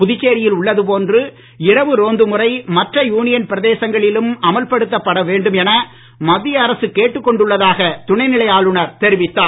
புதுச்சேரியில் உள்ளது போன்ற இரவு ரோந்து முறை மற்ற யூனியன் பிரதேசங்களிலும் அமல்படுத்த வேண்டும் என மத்திய அரசு கேட்டுக் கொண்டுள்ளதாக துணை நிலை ஆளுநர் தெரிவித்தார்